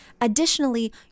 additionally